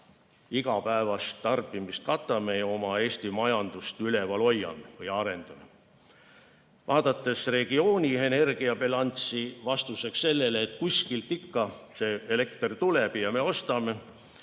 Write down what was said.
igapäevast tarbimist katame ja Eesti majandust üleval hoiame või arendame? Vaatame nüüd regiooni energiabilanssi – vastuseks väitele, et kuskilt ikka see elekter tuleb ja eks me